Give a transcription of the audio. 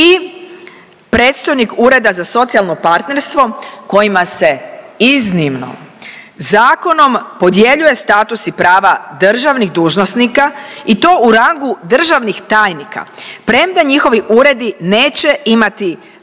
i predstojnik Ureda za socijalno partnerstvo kojima se iznimno zakonom podjeljuje status i prava državnih dužnosnika i to u rangu državnih tajnika premda njihovi uredi neće imati vlastitu